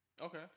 Okay